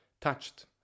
touched